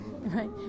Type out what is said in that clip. right